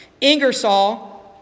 Ingersoll